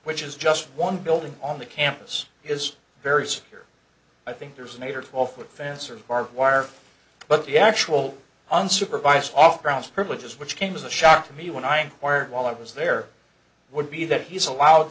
which is just one building on the campus is very secure i think there's an eight or twelve foot fence or barbed wire but the actual unsupervised off grounds privileges which came as a shock to me when i inquired while i was there would be that he's allowed